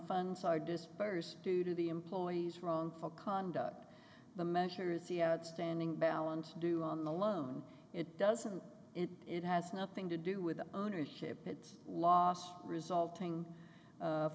funds are disbursed due to the employee's wrongful conduct the measure is the outstanding balance due on the loan it doesn't it has nothing to do with the ownership it's lost resulting